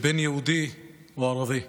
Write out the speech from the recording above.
בין יהודי לבין ערבי.